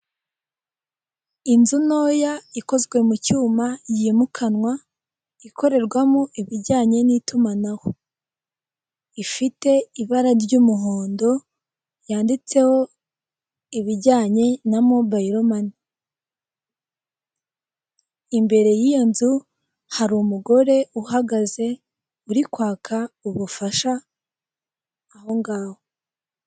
Inzu ntoya ikozwe mu cyuma yimukanwa, ikorerwamo ibijyanye n'itumanaho. Ifite ibara ry'umuhondo yanditseho ibijyanye na mobayilo mane, imbere y'iyo nzu hari umugore uhagaze uri kwaka ubufasha ahongaho.